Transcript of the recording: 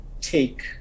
take